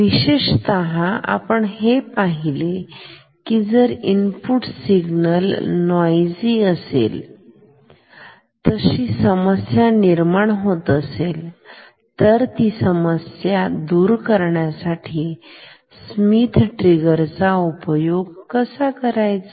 विशेषतः आपण हे पाहिले की जर इनपुट सिग्नल नोईझीं असेल तशी समस्या निर्माण होते असेल तर ती समस्या दूर करण्यासाठी स्मिथ ट्रिगर चा उपयोग कसा करायचा